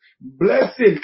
Blessing